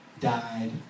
died